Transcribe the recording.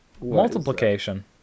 Multiplication